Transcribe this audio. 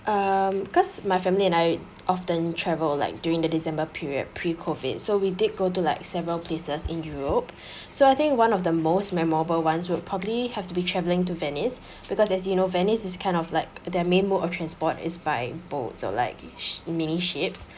um cause my family and I often travel like during the december period pre COVID so we did go to like several places in europe so I think one of the most memorable ones would probably have to be travelling to venice because as you know venice is kind of like their main mode of transport is by boat or like sh~ mini ships